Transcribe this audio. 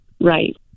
Right